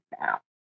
now